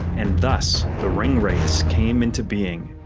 and thus the ringwraiths came into being.